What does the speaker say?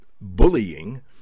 bullying